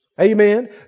Amen